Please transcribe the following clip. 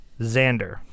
Xander